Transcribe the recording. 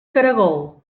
caragol